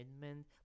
commitment